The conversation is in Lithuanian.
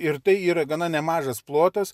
ir tai yra gana nemažas plotas